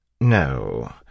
No